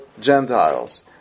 Gentiles